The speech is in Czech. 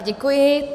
Děkuji.